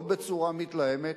לא בצורה מתלהמת.